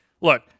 look